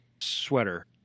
sweater